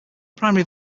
primary